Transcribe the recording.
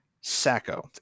Sacco